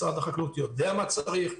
משרד החקלאות יודע מה צריך.